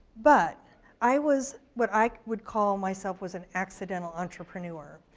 but i was what i would call myself, was an accidental entrepreneur.